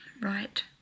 Right